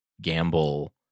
gamble